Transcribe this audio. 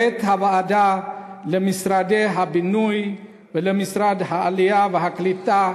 הוועדה קוראת למשרד הבינוי והשיכון ולמשרד העלייה והקליטה: